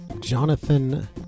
Jonathan